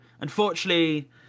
unfortunately